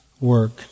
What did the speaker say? work